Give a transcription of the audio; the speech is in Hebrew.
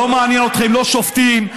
לא מעניין אתכם שופטים,